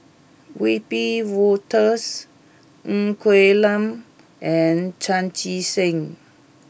Wiebe Wolters Ng Quee Lam and Chan Chee Seng